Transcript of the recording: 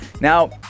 Now